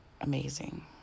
amazing